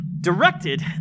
directed